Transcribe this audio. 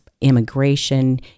immigration